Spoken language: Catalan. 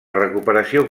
recuperació